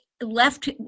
left